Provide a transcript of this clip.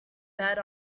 bed